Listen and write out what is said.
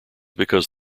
because